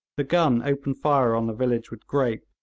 the gun opened fire on the village with grape,